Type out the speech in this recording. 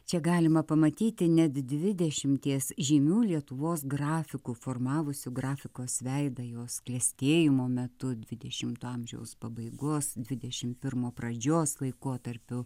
čia galima pamatyti net dvidešimties žymių lietuvos grafikų formavusių grafikos veidą jos klestėjimo metu dvidešimto amžiaus pabaigos dvidešim pirmo pradžios laikotarpiu